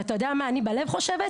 ואתה יודע מה אני בלב חושבת?